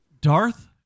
darth